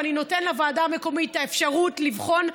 אני נותן לוועדה המקומית את האפשרות לבחון,